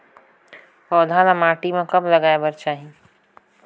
पौधा ल माटी म कब लगाए बर चाही?